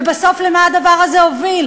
ובסוף למה הדבר הזה הוביל?